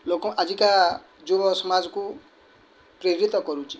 ଲୋକ ଆଜିକା ଯୁବ ସମାଜକୁ ପ୍ରେରିତ କରୁଛି